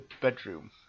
bedroom